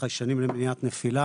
ולחיישנים למניעת נפילה.